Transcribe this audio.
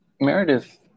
Meredith